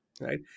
right